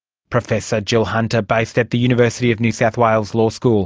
professor jill hunter based at the university of new south wales law school.